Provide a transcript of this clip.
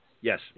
Yes